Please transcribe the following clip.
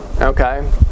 okay